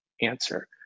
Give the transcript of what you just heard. answer